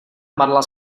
marla